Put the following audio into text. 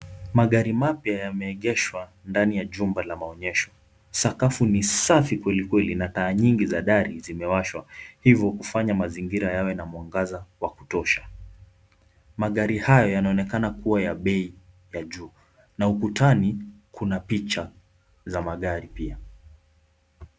Magari mapya yameegeshwa ndani ya jumba la maonyesho. Sakafu ni safi kweli kweli na taa nyingi za dari zimewashwa hivyo kufanya mazingira yawe na mwangaza wa kutosha. Magari hayo yanaonekana kuwa ya bei ya juu na ukutani kuna picha za magari pia.